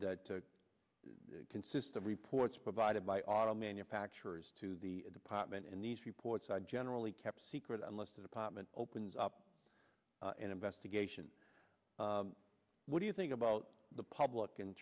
to consist of reports provided by auto manufacturers to the department and these reports are generally kept secret unless the department opens up an investigation what do you think about the public in